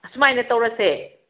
ꯑꯁꯨꯃꯥꯏꯅ ꯇꯧꯔꯁꯦ